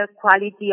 quality